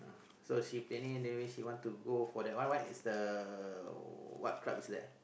so she planning the way she want to go for that one what is the what club is that